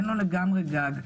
אין לו לגמרי גג.